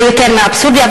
זה יותר מאבסורדי.